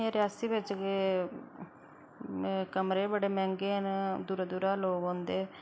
रियासी बिच केह् कमरे बड़े मैहंगे न दूरा दूरा लोग आंदे